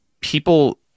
people